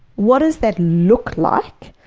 what does that look like?